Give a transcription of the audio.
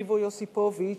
איוו יוסיפוביץ,